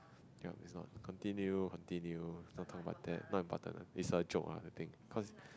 yup it's not continue continue don't talk about that not important one it's a joke ah the thing cause